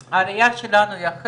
המטרו.